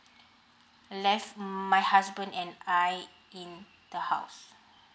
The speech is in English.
left my husband and I in the house